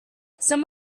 some